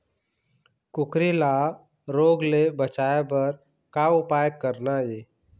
कुकरी ला रोग ले बचाए बर का उपाय करना ये?